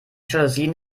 jalousien